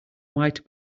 white